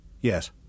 Yes